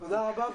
תודה רבה.